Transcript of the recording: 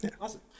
Awesome